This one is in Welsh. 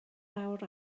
awr